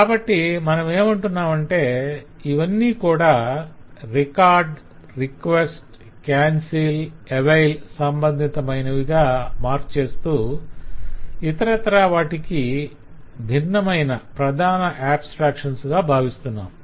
కాబట్టి మనమేమంటున్నామంటే ఇవన్నీ కూడా 'record' 'request' 'cancel' 'avail' సంబంధితమైనవిగా మార్క్ చేస్తూ ఇతరత్రా వాటికి భిన్నమైన ప్రధాన ఆబ్స్త్రాక్షన్స్ గా భావిస్తున్నాము